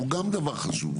הוא גם דבר חשוב,